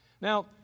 Now